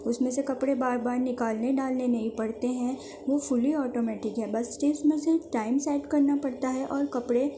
اس میں سے کپڑے بار بار نکالنے ڈالنے نہیں پڑتے ہیں وہ فلی آٹومیٹک ہے بس ٹپس میں صرف ٹائم سیٹ کرنا پڑتا ہے اور کپڑے